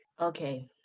Okay